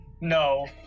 No